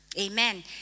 Amen